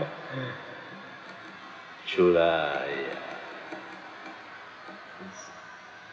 true lah !aiya!